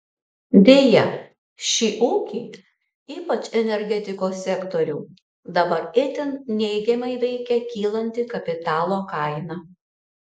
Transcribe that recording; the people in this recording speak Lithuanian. deja šį ūkį ypač energetikos sektorių dabar itin neigiamai veikia kylanti kapitalo kaina